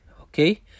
Okay